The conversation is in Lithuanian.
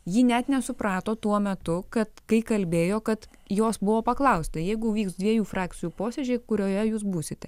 ji net nesuprato tuo metu kad kai kalbėjo kad jos buvo paklausta jeigu vyks dviejų frakcijų posėdžiai kurioje jūs būsite